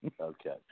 Okay